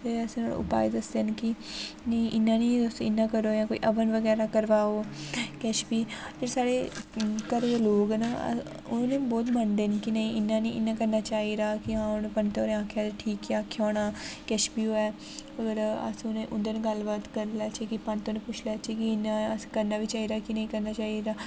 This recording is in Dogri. ते अस उपाय दसदे न कि नेईं इ'यां निं तुस इ'यां करो जां कोई हवन बगैरा करवाओ किश बी किश साढ़े घरै दे लोक न अस ओह् नी बहोत मनदे न कि नेईं इ'यां निं इ'यां करना चाहि्दा कि आं पंत होरें आखेआ कि ठीक गै आखेआ होना किश बी होऐ होर अस उ'नें ई उं'दे नै गल्ल बात करी लेचै कि पंत होरें ई पुच्छी लेचै कि इ'यां अस करना बी चाहि्दा कि नेईं करना चाहि्दा